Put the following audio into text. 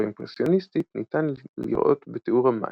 האימפרסיוניסטית ניתן לראות בתיאור המים,